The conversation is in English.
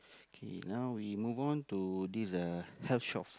okay now me move on to this uh health shop